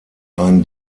einen